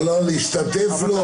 לא, להשתתף לא.